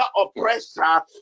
oppressor